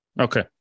Okay